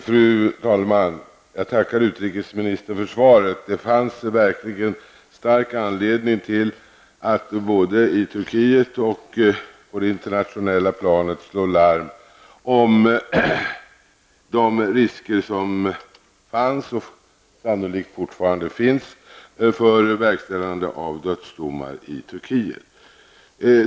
Fru talman! Jag tackar utrikesministern för svaret. Det fanns verkligen stark anledning att både i Turkiet och på det internationella planet slå larm om de risker som fanns och sannolikt fortfarande finns för verkställande av dödsdomar i Turkiet.